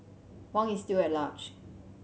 Huang is still at large